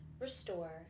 Restore